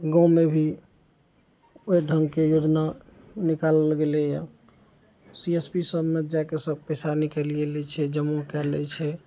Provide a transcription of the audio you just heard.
गाँवमे भी ओइ ढङ्गके योजना निकालल गेलइए सी एस पी सबमे जाके सब पैसा निकालिये लै छै जमा कए लै छै